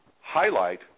highlight